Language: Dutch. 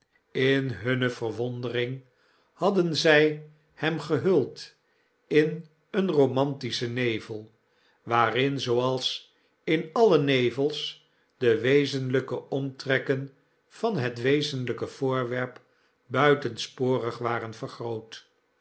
in hunne verwondering hadden zy hem gehuldin een romantischen nevel waarin zooals in alle nevels de wezenlijke omtrekken van het wezenlpe voorwerp buitens orig waren vergroot